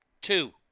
Two